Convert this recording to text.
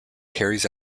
carries